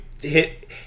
hit